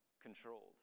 controlled